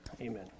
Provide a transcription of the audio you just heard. Amen